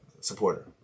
supporter